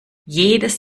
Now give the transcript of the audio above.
jedes